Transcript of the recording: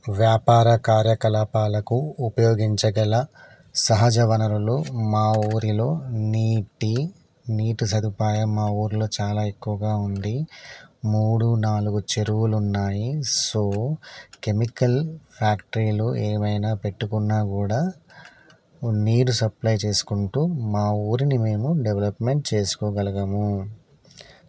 వ్యాపార కార్యకలాపాలకు ఉపయోగించగల సహజ వనరులు మా ఊరిలో నీటి నీటి సదుపాయం మా ఊళ్ళో చాలా ఎక్కువగా ఉంది మూడు నాలుగు చెరువులు ఉన్నాయి సో కెమికల్ ఫ్యాక్టరీలు ఏమైనా పెట్టుకున్నా కూడా నీరు సప్లై చేసుకుంటూ మా ఊరిని మేము డెవలప్మెంట్ చేసుకోగలము